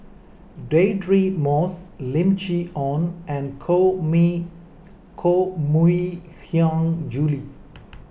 Deirdre Moss Lim Chee Onn and Koh Mi Koh Mui Hiang Julie